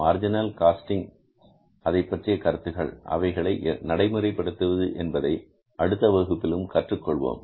marginal costing அதைப்பற்றிய கருத்துக்கள் அவைகளை நடைமுறைப்படுத்துவது என்பதை அடுத்த வகுப்பிலும் கற்றுக்கொள்வோம்